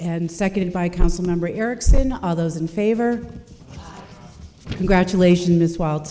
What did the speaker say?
and second by council member eric all those in favor congratulations wild